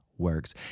works